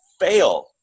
fail